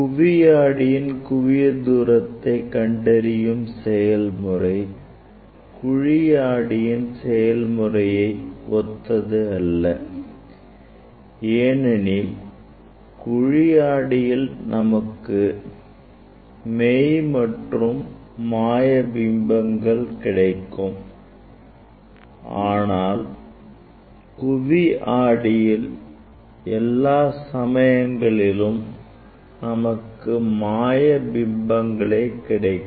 குவி ஆடியின் குவியத் தூரத்தை கண்டறியும் செயல்முறை குழி ஆடியின் செயல்முறையை ஒத்தது அல்ல ஏனெனில் குழி ஆடியில் நமக்கு மெய் மற்றும் மாய பிம்பங்கள் கிடைக்கும் ஆனால் குவி ஆடியில் எல்லா சமயங்களிலும் நமக்கு மாய பிம்பங்களே கிடைக்கும்